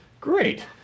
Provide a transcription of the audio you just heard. great